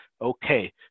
okay